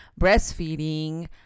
breastfeeding